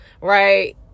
right